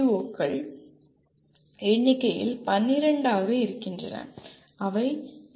ஓக்கள் எண்ணிக்கையில் 12 ஆக இருக்கின்றன அவை என்